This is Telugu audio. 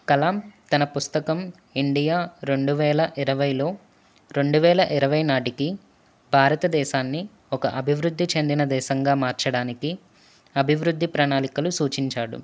కలామ్ తన పుస్తకం ఇండియా రెండు వేల ఇరవైలో రెండు వేల ఇరవై నాటికి భారతదేశాన్ని ఒక అభివృద్ధి చెందిన దేశంగా మార్చడానికి అభివృద్ధి ప్రణాళికలు సూచించాడు